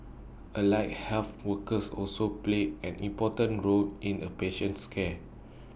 allied health workers also play an important role in A patient's care